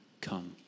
come